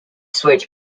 switch